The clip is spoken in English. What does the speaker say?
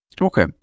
Okay